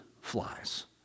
flies